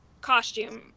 costume